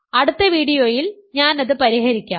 അടുത്ത വീഡിയോയിൽ ഞാൻ അത് പരിഹരിക്കാം